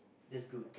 that's good